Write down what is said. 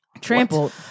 Trampled